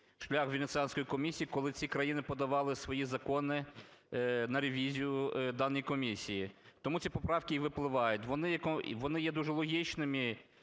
шлях Венеціанської комісії, коли ці країни подавали свої закони на ревізію даної комісії, тому ці поправки і випливають. Вони є дуже логічними